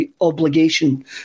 obligation